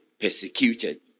persecuted